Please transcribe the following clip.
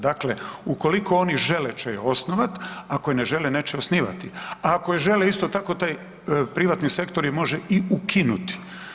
Dakle, ukoliko oni žele će je osnovat, ako je ne žele neće osnivati, a ako je žele isto tako taj privatni sektor je može i ukinuti.